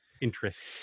interest